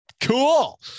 cool